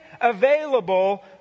available